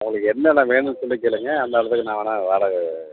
உங்களுக்கு என்னென்ன வேணும்னு சொல்லிக் கேளுங்கள் அந்த இடத்துக்கு நான் வேணா வாடகை